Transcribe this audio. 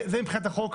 זה מבחינת החוק,